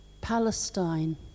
Palestine